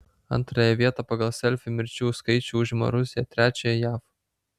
antrąją vietą pagal selfių mirčių skaičių užima rusija trečiąją jav